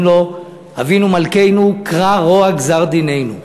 לו: אבינו מלכנו קרע רוע גזר דיננו.